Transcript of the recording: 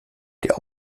der